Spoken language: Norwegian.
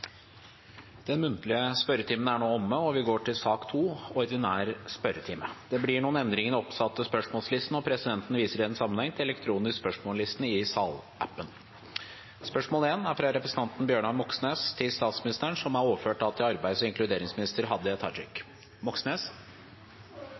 Den muntlige spørretimen er nå omme. Det blir noen endringer i den oppsatte spørsmålslisten, og presidenten viser i den sammenheng til den elektroniske spørsmålslisten i salappen. Endringene var som følger: Spørsmål 1, fra representanten Bjørnar Moxnes til statsministeren, er overført til arbeids- og